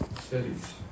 cities